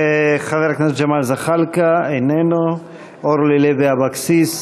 חבר הכנסת ג'מאל זחאלקה, איננו, אורלי לוי אבקסיס,